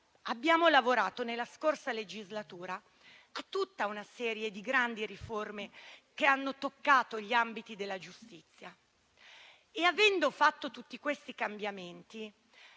abbiamo lavorato a tutta una serie di grandi riforme che hanno toccato gli ambiti della giustizia. Avendo fatto tutti quei cambiamenti,